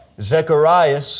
Zechariah